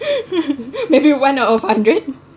maybe one out of a hundred